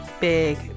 Big